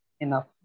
enough